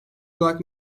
olarak